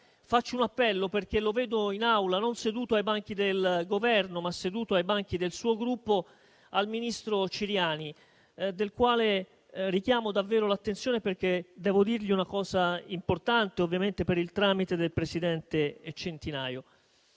Faccio un appello - lo vedo in Aula, seduto ai banchi non del Governo, ma del suo Gruppo - al ministro Ciriani, del quale richiamo davvero l'attenzione perché devo dirgli una cosa importante, ovviamente per il tramite del presidente Centinaio.